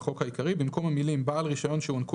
לחוק העיקרי - במקום המילים "בעל רישיון שהוענקו